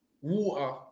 water